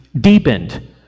deepened